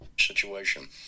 Situation